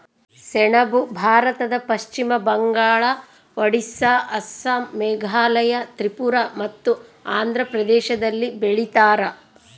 ಸೆಣಬು ಭಾರತದ ಪಶ್ಚಿಮ ಬಂಗಾಳ ಒಡಿಸ್ಸಾ ಅಸ್ಸಾಂ ಮೇಘಾಲಯ ತ್ರಿಪುರ ಮತ್ತು ಆಂಧ್ರ ಪ್ರದೇಶದಲ್ಲಿ ಬೆಳೀತಾರ